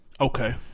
Okay